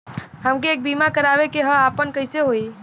हमके एक बीमा करावे के ह आपन कईसे होई?